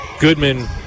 Goodman